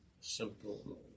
simple